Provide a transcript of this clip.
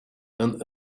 and